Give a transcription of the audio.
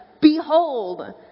behold